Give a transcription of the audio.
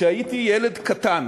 כשהייתי ילד קטן